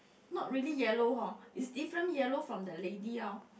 not really yellow hor is different yellow from the lady orh